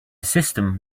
system